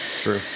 true